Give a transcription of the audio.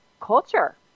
culture